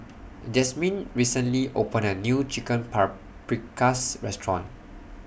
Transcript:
Jasmyn recently opened A New Chicken Paprikas Restaurant